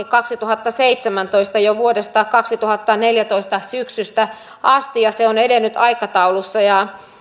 kaksituhattaseitsemäntoista hanke jo vuoden kaksituhattaneljätoista syksystä asti ja se on edennyt aikataulussa